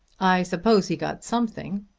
i suppose he got something.